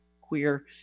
queer